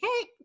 Hey